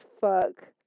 fuck